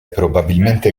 probabilmente